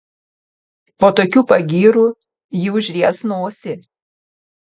po tokių pagyrų ji užries nosį